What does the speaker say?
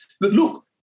look